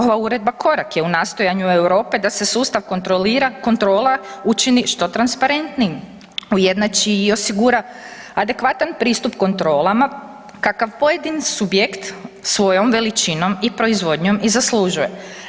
Ova uredba korak je u nastojanju Europe da se sustav kontrola učini što transparentnijim, ujednači i osigura adekvatan pristup kontrolama kakav pojedini subjekt svojom veličinom i proizvodnjom i zaslužuje.